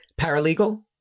Paralegal